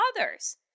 others